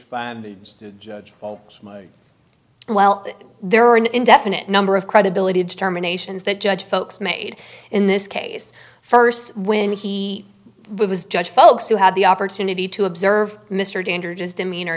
judge well there are an indefinite number of credibility determinations that judge folks made in this case first when he was judge folks who had the opportunity to observe mr danger just demeanor